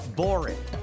boring